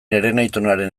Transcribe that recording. herenaitonaren